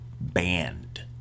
band